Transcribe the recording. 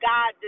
God